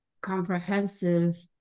comprehensive